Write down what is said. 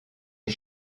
est